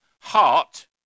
heart